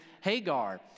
Hagar